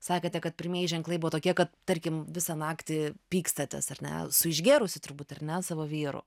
sakote kad pirmieji ženklai buvo tokie kad tarkim visą naktį pykstatės ar ne su išgėrusiu turbūt ar ne savo vyru